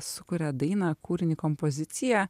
sukuria dainą kūrinį kompoziciją